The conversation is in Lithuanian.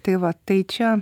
tai va tai čia